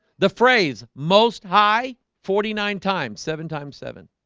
the phrase most high forty nine times seven times seven